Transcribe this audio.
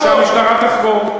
שהמשטרה תחקור.